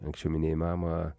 anksčiau minėjai mamą